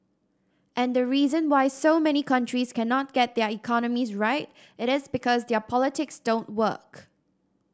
and the reason why so many countries cannot get their economies right it is because their politics don't work